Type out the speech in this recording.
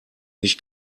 nicht